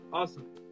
Awesome